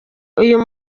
uyu